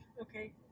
Okay